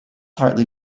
hartley